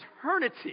eternity